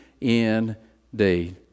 indeed